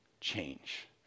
change